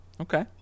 Okay